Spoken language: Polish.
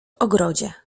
ogrodzie